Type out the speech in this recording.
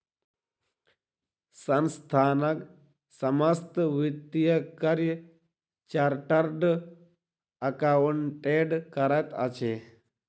संस्थानक समस्त वित्तीय कार्य चार्टर्ड अकाउंटेंट करैत अछि